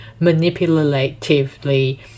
manipulatively